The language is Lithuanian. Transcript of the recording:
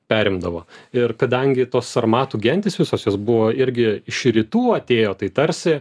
perimdavo ir kadangi tos sarmatų gentys visos jos buvo irgi iš rytų atėjo tai tarsi